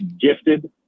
gifted